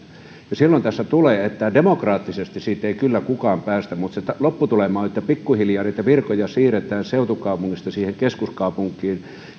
silloin tästä seuraa että demokraattisesti siitä ei kyllä kukaan päätä mutta se lopputulema on että pikkuhiljaa niitä virkoja siirretään seutukaupungista siihen keskuskaupunkiin